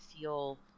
feel